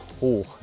hoch